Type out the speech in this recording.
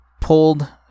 Pulled